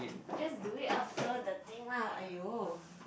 just do it after the thing lah !aiyo!